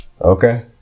Okay